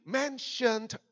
mentioned